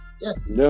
Yes